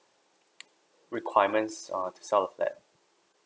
requirements uh to sort of that